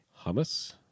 Hummus